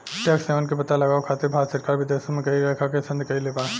tax haven के पता लगावे खातिर भारत सरकार विदेशों में कई लेखा के संधि कईले बा